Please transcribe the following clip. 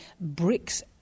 Bricks